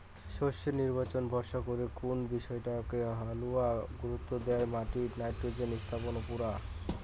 শস্যর নির্বাচন ভরসা করে কুন বিষয়টাক হালুয়া গুরুত্ব দ্যায় মাটিত নাইট্রোজেন স্থাপন উপুরা